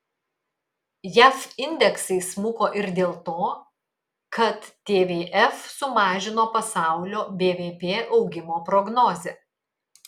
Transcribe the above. jav indeksai smuko ir dėl to kad tvf sumažino pasaulio bvp augimo prognozę